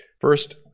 First